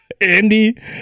Andy